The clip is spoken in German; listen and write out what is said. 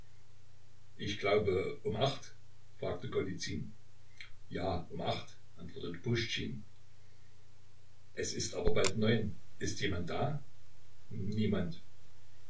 ich glaube um acht fragte golizyn ja um acht antwortete puschtschin es ist aber bald neun ist jemand da niemand